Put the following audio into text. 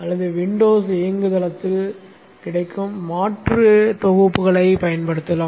அல்லது விண்டோஸ் இயங்குதளத்தில் கிடைக்கும் மாற்று தொகுப்புகளைப் பயன்படுத்தலாம்